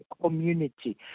community